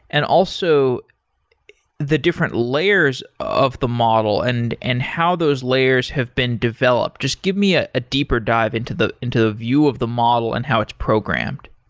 and also the different layers of the model and and how those layers have been developed? just give me a deeper dive into the into the view of the model and how it's programmed.